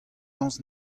lañs